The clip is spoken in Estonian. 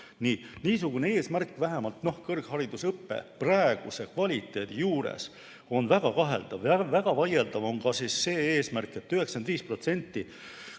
Niisugune eesmärk vähemalt kõrgharidusõppe praeguse kvaliteedi juures on väga kaheldav. Väga vaieldav on ka see eesmärk, et 95%